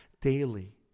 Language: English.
daily